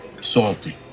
Salty